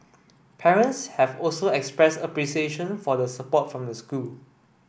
parents have also expressed appreciation for the support from the school